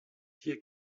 hier